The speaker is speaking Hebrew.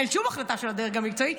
אין שום החלטה של הדרג המקצועי,